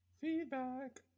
feedback